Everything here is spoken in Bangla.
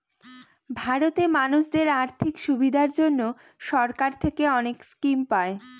ভারতে মানুষদের আর্থিক সুবিধার জন্য সরকার থেকে অনেক স্কিম পায়